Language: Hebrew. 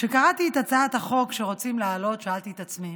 כשקראתי את הצעת החוק שרוצים להעלות שאלתי את עצמי